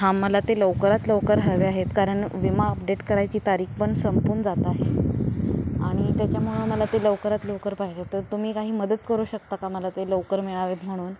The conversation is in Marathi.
हां मला ते लवकरात लवकर हवे आहेत कारण विमा अपडेट करायची तारीख पण संपून जात आहे आणि त्याच्यामुळं मला ते लवकरात लवकर पाहिजे तर तुम्ही काही मदत करू शकता का मला ते लवकर मिळावेत म्हणून